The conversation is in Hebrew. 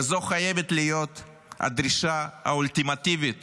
וזו חייבת להיות הדרישה האולטימטיבית